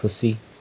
खुसी